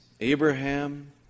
Abraham